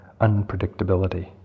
unpredictability